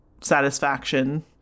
satisfaction